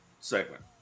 segment